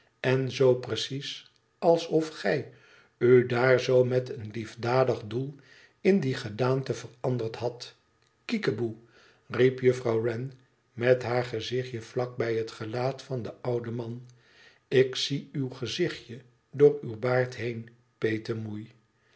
en zoo precies alsof gij u daar zoo met een liefdadig doel in die gedaante veranderd hadt kiekeboe riep juffrouw wren met haar gezichtje vlak bij het gelaat van den ouden man tik zie uw gezichtje door uw baard heen